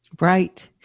Right